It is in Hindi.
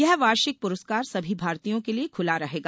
यह वार्षिक पुरस्कार सभी भारतीयों के लिए खुला रहेगा